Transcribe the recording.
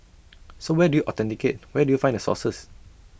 so where do you authenticate where do you find the sources